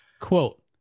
Quote